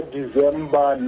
December